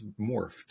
morphed